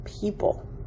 people